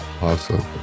awesome